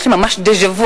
יש לי ממש דז'ה-וו,